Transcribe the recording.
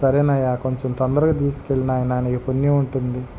సరేనయ్యా కొంచం తొందరగా తీసుకెళ్ళు నాయన నీ పుణ్యం ఉంటుంది